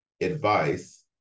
advice